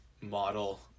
model